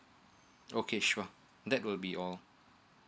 okay sure that will be all